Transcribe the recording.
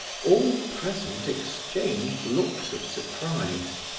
all present exchanged looks of surprise.